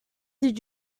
did